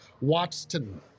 Watson